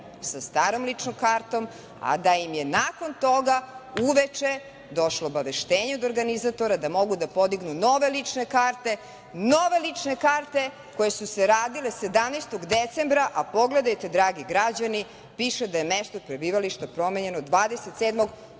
sa starom ličnom kartom, a da im je nakon toga uveče došlo obaveštenje od organizatora da mogu da podignu nove lične karte koje su se radile 17. decembra, a pogledajte, dragi građani, piše da je mesto prebivališta promenjeno 27.